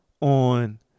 on